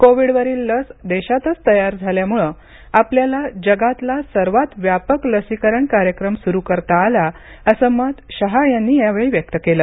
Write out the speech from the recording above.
कोविडवरील लस देशातच तयार झाल्यामुळे आपल्याला जगातला सर्वात व्यापक लसीकरण कार्यक्रम सुरू करता आला असं मत शहा यांनी यावेळी व्यक्त केलं